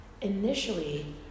initially